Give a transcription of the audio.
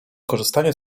korzystanie